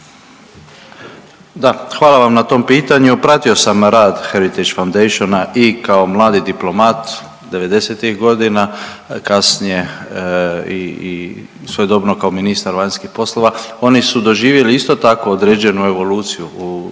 Da, hvala vam na tom pitanju. Pratio sam rad Heritage Foundation i kao mladi diplomat '90. godina, kasnije i svojedobno kao ministar vanjskih poslova. Oni su doživjeli isto tako određenu evoluciju u